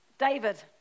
David